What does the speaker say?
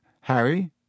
Harry